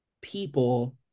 people